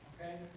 Okay